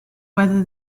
whether